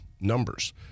numbers